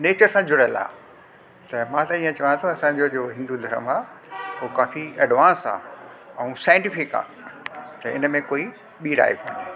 nature सां जुड़ियल आहे त मां त ईअं चवां थो असांजो जो हिंदु धर्म आहे उहे काफ़ी एडवांस आहे ऐं साइंटिफिक आहे त इनमें कोई ॿी राय कोन्हे